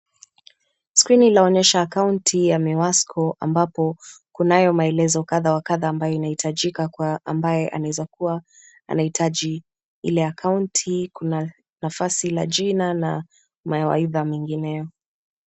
Skirini inaonyesha akaunti ya Miwasco, ambapo kunayo maelezo ya kadha wa kadha ambayo inahitajika kwa ambaye anaweza kua anahitaji ile akaunti . Kuna nafasi la jina na mawaidha mengineyo.